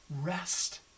rest